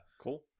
cool